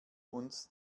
uns